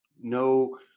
no